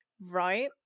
right